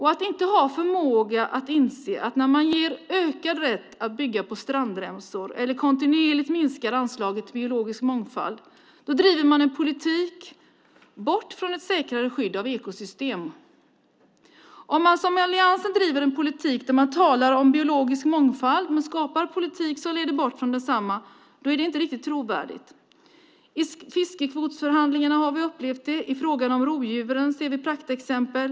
Man inser inte att när man ger ökad rätt att bygga på strandremsor eller kontinuerligt minskar anslaget till biologisk mångfald driver man en politik bort från ett säkrare skydd av ekosystemen. Om man som i alliansen driver en politik där man talar om biologisk mångfald men skapar en politik som leder bort från densamma är det inte riktigt trovärdigt. I fiskekvotsförhandlingarna har vi upplevt det. I frågan om rovdjuren ser vi praktexempel.